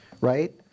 right